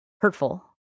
hurtful